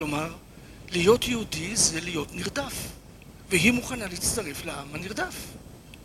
כלומר, להיות יהודי זה להיות נרדף, והיא מוכנה להצטרף לעם הנרדף.